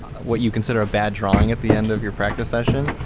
what you consider a bad drawing at the end of your practice session,